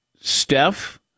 Steph